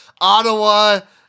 Ottawa